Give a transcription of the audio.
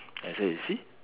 then I say you see